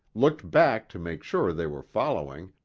looked back to make sure they were following,